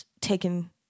taken